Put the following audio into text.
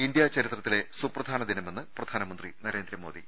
India ചരിത്രത്തിലെ സുപ്രധാന ദിനമെന്ന് പ്രിധാനമന്ത്രി നരേ ന്ദ്രമോദി